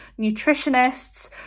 nutritionists